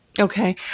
Okay